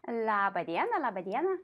labą dieną labą dieną